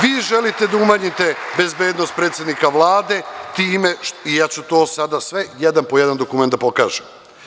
Vi želite da umanjite bezbednost predsednika Vlada time i ja ću sada sve jedan po jedan dokument da pokažem.